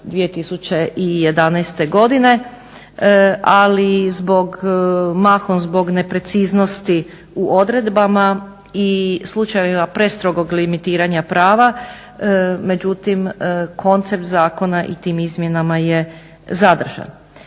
2011.godine ali zbog mahom zbog nepreciznosti u odredbama i slučajevima prestrogog limitiranja prava međutim koncept zakona je i tim izmjenama zadržan.